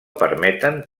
permeten